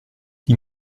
die